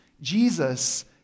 Jesus